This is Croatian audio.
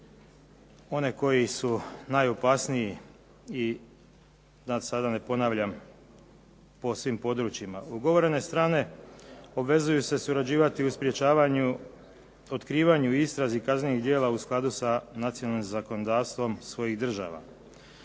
one koji su najopasniji i da sada ne ponavljam po svim područjima. Ugovorene strane obvezuju se surađivati u sprečavanju i otkrivanju i istrazi kaznenih djela u skladu sa nacionalnim zakonodavstvom svojih država.